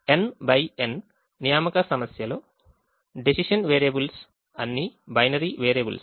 n x n assignment ప్రాబ్లెమ్లో decision variables అన్ని binary variables